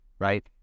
Right